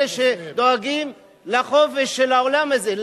אלה שדואגים לחופש של העולם הזה,